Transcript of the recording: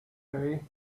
day